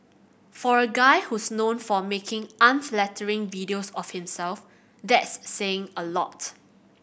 for a guy who's known for making unflattering videos of himself that's saying a lot